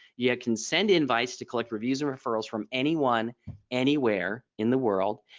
yeah can send invites to collect reviews or referrals from anyone anywhere in the world.